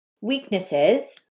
weaknesses